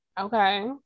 okay